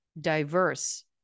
diverse